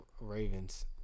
Ravens